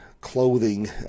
clothing